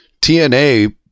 TNA